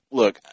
look